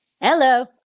Hello